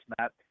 Matt